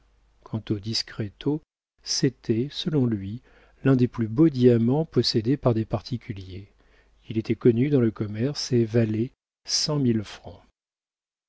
quant au discreto c'était selon lui l'un des plus beaux diamants possédés par des particuliers il était connu dans le commerce et valait cent mille francs